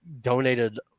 donated